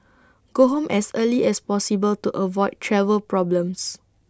go home as early as possible to avoid travel problems